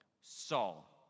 Saul